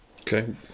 Okay